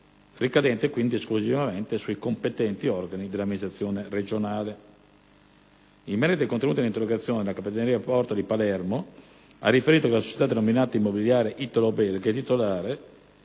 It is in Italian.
ricadente quindi esclusivamente sui competenti organi dell'amministrazione regionale. In merito ai contenuti dell'interrogazione, la capitaneria di porto di Palermo ha riferito che la società denominata Immobiliare italo-belga è titolare,